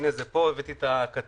הנה זה פה, הבאתי את הכתבה: